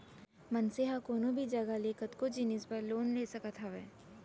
मनसे ह कोनो भी जघा ले कतको जिनिस बर लोन ले सकत हावय